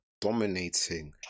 dominating